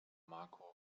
marco